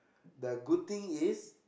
the good thing is